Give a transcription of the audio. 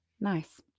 Nice